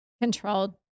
Controlled